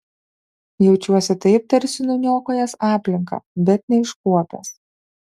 jaučiuosi taip tarsi nuniokojęs aplinką bet neiškuopęs